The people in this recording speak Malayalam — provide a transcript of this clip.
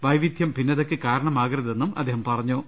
വൈവിധ്യം ഭിന്ന തക്ക് കാരണമാകരുതെന്നും അദ്ദേഹം പറഞ്ഞു